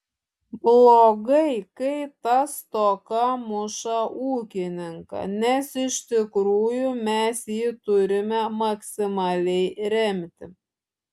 blogai kai ta stoka muša ūkininką nes iš tikrųjų mes jį turime maksimaliai remti